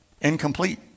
incomplete